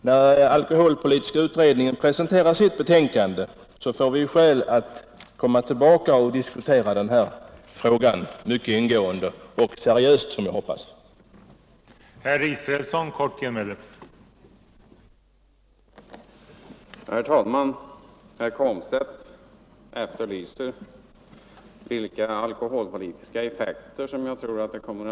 När alkoholpolitiska utredningen presenterar sitt betänkande får vi skäl att komma tillbaka och diskutera den här frågan mycket ingående och, som jag hoppas, seriöst.